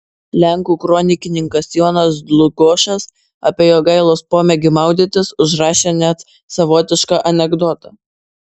lenkų kronikininkas jonas dlugošas apie jogailos pomėgį maudytis užrašė net savotišką anekdotą